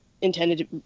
Intended